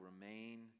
remain